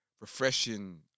refreshing